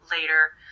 later